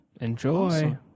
enjoy